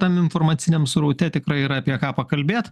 tam informaciniam sraute tikrai yra apie ką pakalbėt